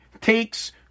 takes